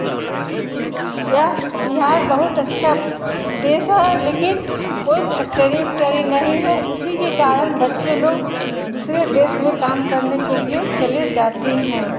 यह बिहार बहुत अच्छा देश है लेकिन कोई फैक्टरी वेक्टरी नहीं है उसी के कारण बच्चे लोग दूसरे देश में काम करने के लिए चले जाते हैं